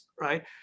right